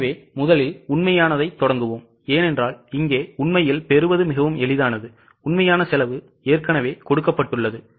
எனவே முதலில் உண்மையானதைத் தொடங்குவோம் ஏனென்றால் இங்கே உண்மையில் பெறுவது மிகவும் எளிதானது உண்மையான செலவு ஏற்கனவே கொடுக்கப்பட்டுள்ளது